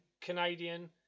Canadian